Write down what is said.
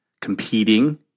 competing